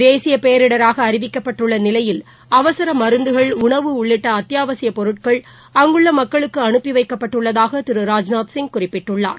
தேசிய பேரிடராக அறிவிக்கப்பட்டுள்ள நிலையில் அவசர மருந்துகள் உணவு உள்ளிட்ட அத்திபாவசியப் பொருட்கள் அங்குள்ள மக்களுக்கு அனுப்பி வைக்கப்பட்டுள்ளதாக திரு ராஜ்நாத்சிய் குறிப்பிட்டுள்ளார்